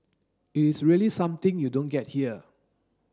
it is really something you don't get here